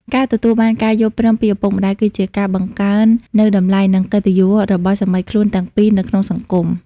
ការទទួលបានការយល់ព្រមពីឪពុកម្ដាយ គឺជាការបង្កើននូវតម្លៃ និងកិត្តិយសរបស់សាមីខ្លួនទាំងពីរនៅក្នុងសង្គម។